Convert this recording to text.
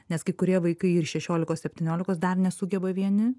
nes kai kurie vaikai ir šešiolikos septyniolikos dar nesugeba vieni